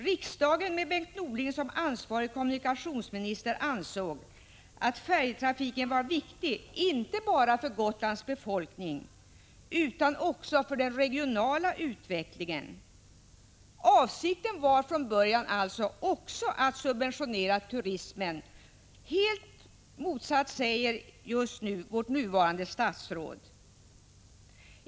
Riksdagen, med Bengt Norling som ansvarig kommunikationsminister, ansåg att färjetrafiken var viktig inte bara för Gotlands befolkning, utan också för den regionala utvecklingen. Avsikten var från början också att subventionera turismen. Raka motsatsen säger just nu vårt nuvarande statsråd.